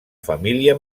família